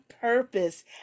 purpose